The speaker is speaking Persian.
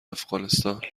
افغانستان